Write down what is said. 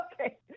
Okay